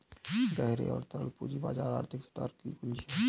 गहरे और तरल पूंजी बाजार आर्थिक सुधार की कुंजी हैं,